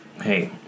hey